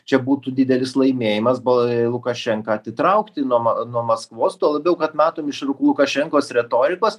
čia būtų didelis laimėjimas bo a lukašenką atitraukti nuo ma nuo maskvos tuo labiau kad matom iš lukašenkos retorikos